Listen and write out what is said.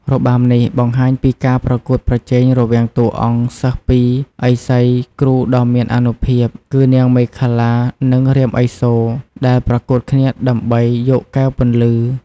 របាំនេះបង្ហាញពីការប្រកួតប្រជែងរវាងតួអង្គសិស្សពីឥសីគ្រូដ៏មានអានុភាព គឺនាងមេខលា និងរាមឥសូរដែលប្រកួតគ្នាដើម្បីយកកែវពន្លឺ។